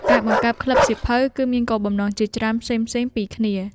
ការបង្កើតក្លឹបសៀវភៅ គឺមានគោលបំណងជាច្រើនផ្សេងៗពីគ្នា។